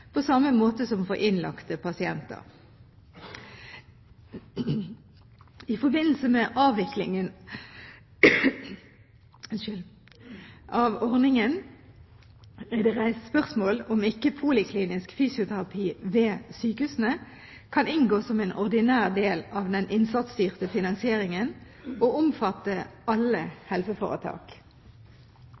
på samme måte som for innlagte pasienter. I forbindelse med avviklingen av ordningen er det reist spørsmål om ikke poliklinisk fysioterapi ved sykehusene kan inngå som en ordinær del av den innsatsstyrte finansieringen, og omfatte alle helseforetak.